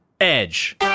Edge